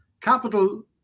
capital